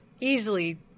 easily